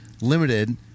limited